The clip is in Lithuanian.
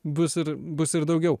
bus ir bus ir daugiau